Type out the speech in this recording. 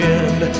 end